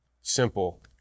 simple